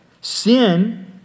Sin